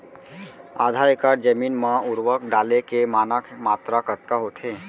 आधा एकड़ जमीन मा उर्वरक डाले के मानक मात्रा कतका होथे?